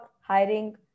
hiring